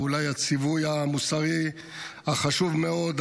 ואולי הציווי המוסרי החשוב מאוד,